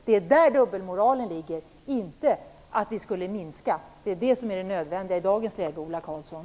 Det är där dubbelmoralen ligger och inte i att vi skulle göra en minskning. Det är det som är det nödvändiga i dagens läge, Ola Karlsson.